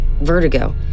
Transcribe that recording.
vertigo